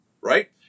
right